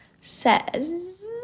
says